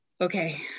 okay